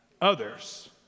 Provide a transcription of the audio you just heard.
others